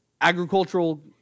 agricultural